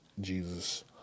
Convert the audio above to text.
Jesus